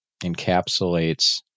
encapsulates